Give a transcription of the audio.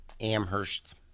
Amherst